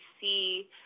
see